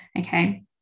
okay